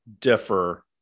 differ